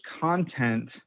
content